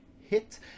hit